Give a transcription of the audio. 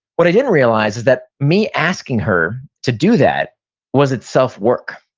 what i didn't realize is that me asking her to do that was itself work.